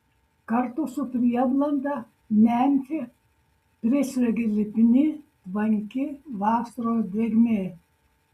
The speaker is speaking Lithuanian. kartu su prieblanda memfį prislėgė lipni tvanki vasaros drėgmė